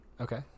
Okay